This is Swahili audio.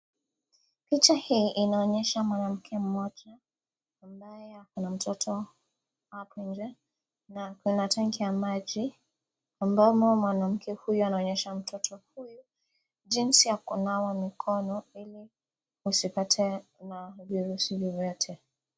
Picha hii inaonyesha mwanamke mmoja ambaye ako na mtoto hapo nje. Na kuna tenki ya maji. Mama, mwanamke huyu anaonyesha mtoto huyu jinsi ya kunawa mikono ili usipate na virusi vyovyote.